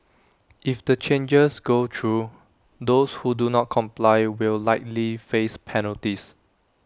if the changes go through those who do not comply will likely face penalties